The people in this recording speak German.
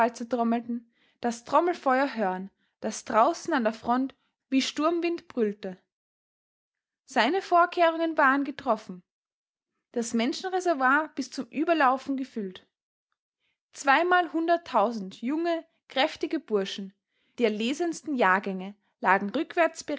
trommelten das trommelfeuer hören das draußen an der front wie sturmwind brüllte seine vorkehrungen waren getroffen das menschenreservoir bis zum überlaufen aufgefüllt zweimalhunderttausend junge kräftige burschen die erlesensten jahrgänge lagen rückwärts